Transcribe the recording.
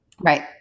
Right